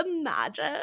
imagine